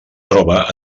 troba